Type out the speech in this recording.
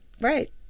Right